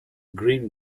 green